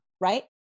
right